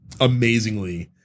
amazingly